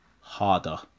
harder